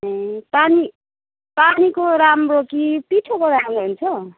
ए पानी पानीको राम्रो कि पिठोको राम्रो हुन्छ